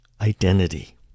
identity